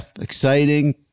exciting